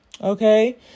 okay